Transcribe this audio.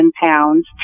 pounds